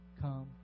come